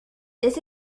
this